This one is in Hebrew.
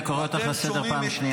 אני קורא אותך לסדר פעם שנייה.